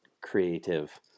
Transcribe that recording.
creative